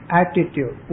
attitude